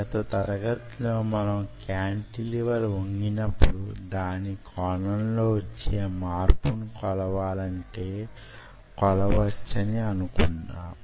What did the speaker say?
గత తరగతిలో మనం కాంటిలివర్ వంగినప్పుడు దాని కోణంలో వచ్చే మార్పును కొలవాలనుకొంటే కొలవచ్చని అనుకున్నాము